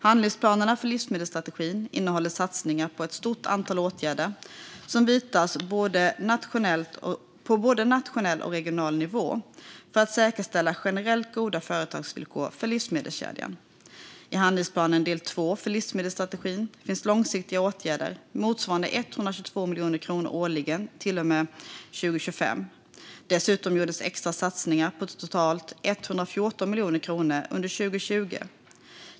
Handlingsplanerna för livsmedelsstrategin innehåller satsningar på ett stort antal åtgärder som vidtas på både nationell och regional nivå för att säkerställa generellt goda företagsvillkor för livsmedelskedjan. I handlingsplanen del 2 för livsmedelsstrategin finns långsiktiga åtgärder motsvarande 122 miljoner kronor årligen till och med 2025. Dessutom gjordes extra satsningar på totalt 114 miljoner kronor under 2020.